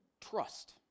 Trust